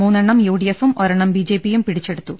മൂന്നെണ്ണം യു ഡിഎഫും ഒരെണ്ണം ബി ജെ പിയും പിടിച്ചെടുത്തു